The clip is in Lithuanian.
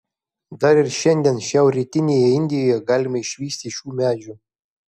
dar ir šiandien šiaurrytinėje indijoje galima išvysti šių medžių